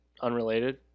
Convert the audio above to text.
Unrelated